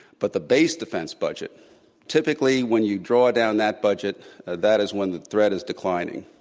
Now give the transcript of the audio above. but the base defense budget typically, when you draw down that budget that is when the threat is declining.